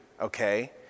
okay